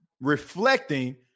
reflecting